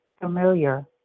familiar